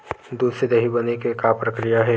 दूध से दही बने के का प्रक्रिया हे?